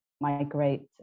migrate